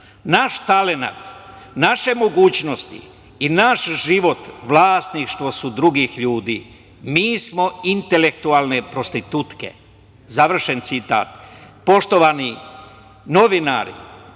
Naš talenat, naše mogućnosti i naš život vlasništvo su drugih ljudi. Mi smo intelektualne prostitutke.“ Završen citat. Poštovani novinari